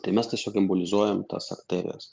tai mes tiesiog embolizuojam tas arterijas